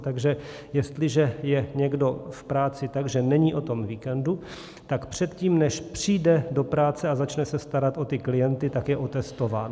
Takže jestliže je někdo v práci tak, že není o tom víkendu, tak předtím, než přijde do práce a začne se starat o ty klienty, tak je otestován.